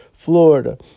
Florida